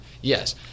Yes